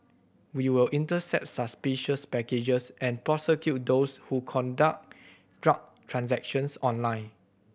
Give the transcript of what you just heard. we will intercept suspicious packages and prosecute those who conduct drug transactions online